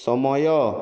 ସମୟ